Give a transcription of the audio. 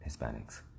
Hispanics